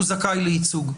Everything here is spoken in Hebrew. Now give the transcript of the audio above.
הוא זכאי לייצוג.